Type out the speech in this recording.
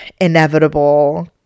inevitable